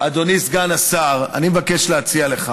אדוני סגן השר, אני מבקש להציע לך